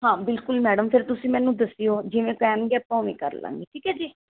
ਹਾਂ ਬਿਲਕੁਲ ਮੈਡਮ ਫਿਰ ਤੁਸੀਂ ਮੈਨੂੰ ਦੱਸਿਓ ਜਿਵੇਂ ਕਹਿਣਗੇ ਆਪਾਂ ਉਵੇਂ ਕਰ ਲਵਾਂਗੇ ਠੀਕ ਹੈ ਜੀ